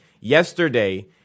Yesterday